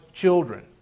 children